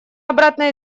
оборотной